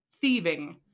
thieving